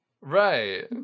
Right